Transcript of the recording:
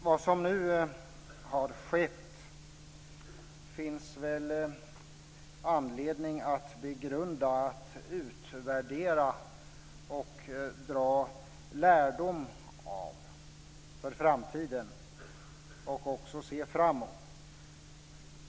Vad som nu har skett finns det väl anledning att begrunda, utvärdera och dra lärdom av för framtiden, och vi måste också se framåt.